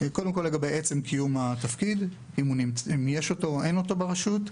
לגבי עצם קיום התפקיד, אם יש או אין אותו ברשות,